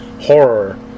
horror